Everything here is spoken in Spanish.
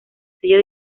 sello